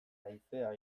haizea